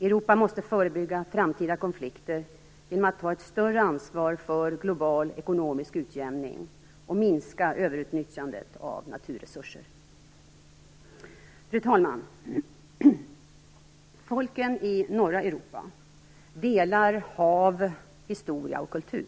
Europa måste förebygga framtida konflikter genom att ta ett större ansvar för global ekonomisk utjämning och minska överutnyttjandet av naturresurser. Fru talman! Folken i norra Europa delar hav, historia och kultur.